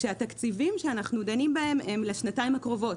כשהתקציבים שאנחנו דנים בהם הם לשנתיים הקרובות